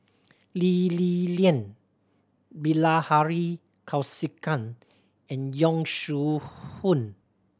Lee Li Lian Bilahari Kausikan and Yong Shu Hoong